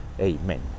Amen